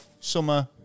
summer